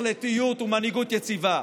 החלטיות ומנהיגות יציבה.